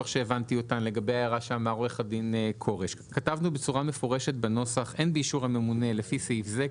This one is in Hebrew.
עד אישור המיזוג,